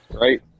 right